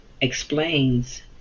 explains